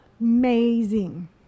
Amazing